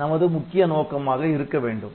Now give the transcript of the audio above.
நமது முக்கிய நோக்கமாக இருக்க வேண்டும்